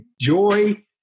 Joy